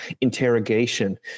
interrogation